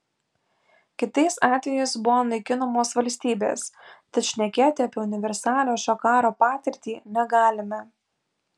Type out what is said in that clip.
kitais atvejais buvo naikinamos valstybės tad šnekėti apie universalią šio karo patirtį negalime